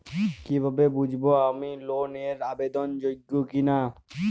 কীভাবে বুঝব আমি লোন এর আবেদন যোগ্য কিনা?